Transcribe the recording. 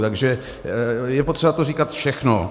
Takže je potřeba to říkat všechno.